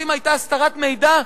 שאם היתה הסתרת מידע,